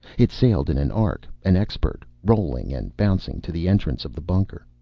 it sailed in an arc, an expert, rolling and bouncing to the entrance of the bunker.